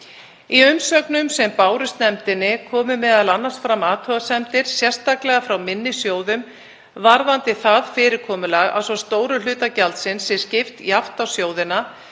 Í umsögnum sem bárust nefndinni komu m.a. fram athugasemdir, sérstaklega frá minni sjóðum, varðandi það fyrirkomulag að svo stórum hluta gjaldsins sé skipt jafnt á sjóðina,